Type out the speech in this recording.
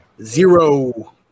Zero